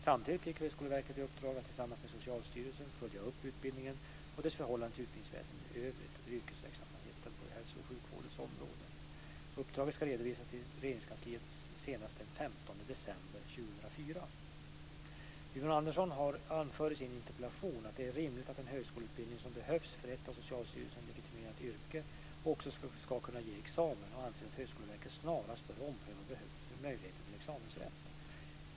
Samtidigt fick Högskoleverket i uppdrag att tillsammans med Socialstyrelsen följa upp utbildningen och dess förhållande till utbildningsväsendet i övrigt och till yrkesverksamhet på hälso och sjukvårdens område. Uppdraget ska redovisas till Regeringskansliet senast den 15 december 2004. Yvonne Andersson anför i sin interpellation att det är rimligt att en högskoleutbildning som behövs för ett av Socialstyrelsen legitimerat yrke också ska kunna ge en examen och anser att Högskoleverket snarast bör ompröva möjligheten till examensrätt.